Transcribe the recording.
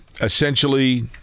essentially